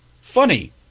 funny